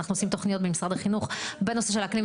אנחנו עושים תוכניות במשרד החינוך בנושא של אקלים.